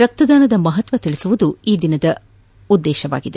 ರಕ್ತದಾನದ ಮಹತ್ವ ತಿಳಿಸುವುದು ಈ ದಿನದ ವಿಶೇಷವಾಗಿದೆ